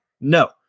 No